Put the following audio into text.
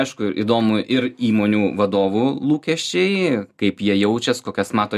aišku ir įdomu ir įmonių vadovų lūkesčiai kaip jie jaučias kokias mato